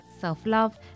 self-love